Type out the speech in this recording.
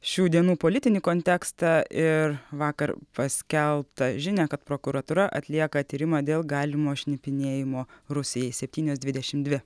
šių dienų politinį kontekstą ir vakar paskelbtą žinią kad prokuratūra atlieka tyrimą dėl galimo šnipinėjimo rusijai septynios dvidešim dvi